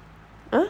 !huh!